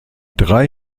drei